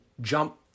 jump